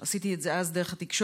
עשיתי את זה אז דרך התקשורת,